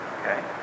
Okay